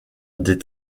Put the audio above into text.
des